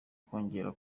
kongera